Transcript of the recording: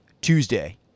Tuesday